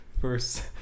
first